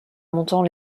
montant